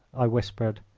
i whispered.